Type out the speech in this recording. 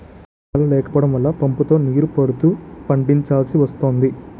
వర్షాలే లేకపోడం వల్ల పంపుతో నీరు పడుతూ పండిచాల్సి వస్తోంది